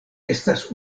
estas